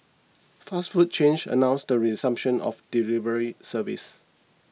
fast food chains announced the resumption of delivery services